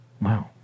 Wow